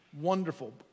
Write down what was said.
wonderful